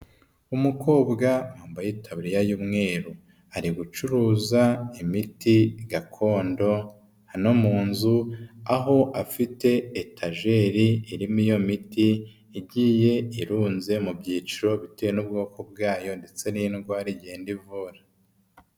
Umukobwa wambaye itaburiya y'umweru, ari gucuruza imiti gakondo hano mu nzu, aho afite etageri irimo iyo miti igiye irunze mu byiciroterawe n'ubwoko bwayo ndetse n'indwara igenda ivura.